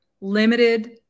limited